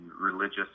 religious